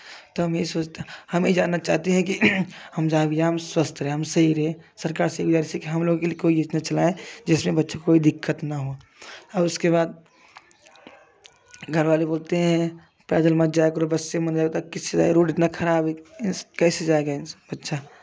तो हम सोचते है हम ये जानना चाहते हैं कि हम जहाँ भी जाएँ हम स्वस्थ रहें हम सही रहें सरकार से गुज़ारिश हम लोगों के लिए कोई योजना चलाएँ जिससे बच्चों को कोई दिक्कत न हो और उसके बाद घर वाले बोलते हैं पैदल मत जाया करो बस से मन जाएगा तो किसी तरह का रोड इतना खराब है कैसे जाएँगे बच्चा